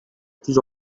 plus